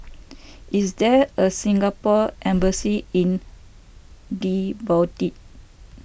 is there a Singapore Embassy in Djibouti